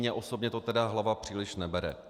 Mně osobně to tedy hlava příliš nebere.